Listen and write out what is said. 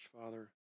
Father